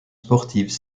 sportives